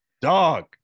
dog